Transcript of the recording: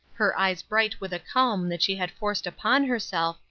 her eyes bright with calm that she had forced upon herself,